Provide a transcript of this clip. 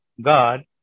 God